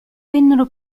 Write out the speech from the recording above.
vennero